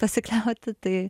pasikliauti tai